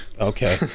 Okay